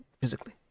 physically